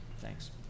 Thanks